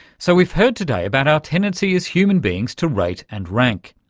so we've heard today about our tendency as human beings to rate and rank,